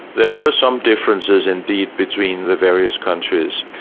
there were some differences indeed between the various countries,